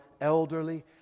elderly